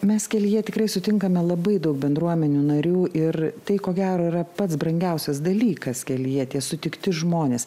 mes kelyje tikrai sutinkame labai daug bendruomenių narių ir tai ko gero yra pats brangiausias dalykas kelyje tie sutikti žmonės